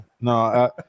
No